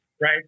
right